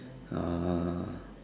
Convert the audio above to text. ah